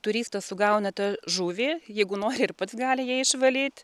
turistas sugauna tą žuvį jeigu nori ir pats gali ją išvalyt